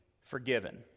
forgiven